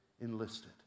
enlisted